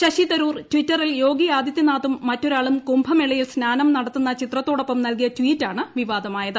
ശശി തരൂർ ടിറ്ററിൽ യോഗി ആദിത്യനാഥും മറ്റൊരാളും കുംഭമേളയിൽ സ്നാനം നടത്തുന്ന ചിത്രത്തോടൊപ്പം നൽകിയ ട്വീറ്റ് ആണ് വിവാദമായത്